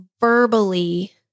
verbally